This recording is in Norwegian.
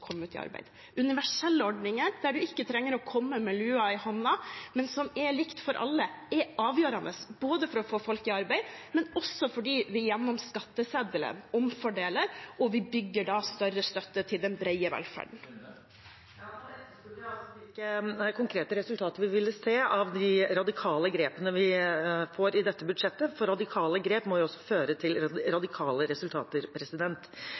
ut i arbeid. Universelle ordninger, der en ikke trenger å komme med lua i hånden, men som er like for alle, er avgjørende både for å få folk i arbeid og for gjennom skatteseddelen å omfordele og da bygge større støtte til den brede velferden. Jeg etterspurte hvilke konkrete resultater vi ville se av de radikale grepene som blir tatt i dette budsjettet, for radikale grep må jo føre til radikale resultater.